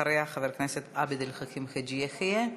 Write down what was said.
אחריה, חבר הכנסת עבד אל חכים חאג' יחיא.